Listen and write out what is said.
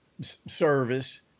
service